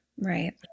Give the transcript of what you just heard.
right